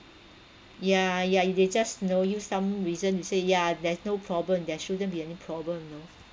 ya ya if they just you know use some reason you say ya there's no problem there shouldn't be any problem you know